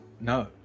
no